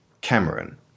Cameron